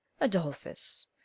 Adolphus